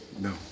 No